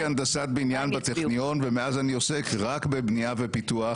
אני למדתי הנדסת בניין בטכניון ומאז אני עוסק רק בבנייה ופיתוח